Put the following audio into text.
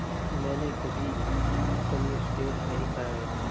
मैंने कभी कनिस्टेल नहीं खाया है